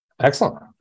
Excellent